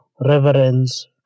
reverence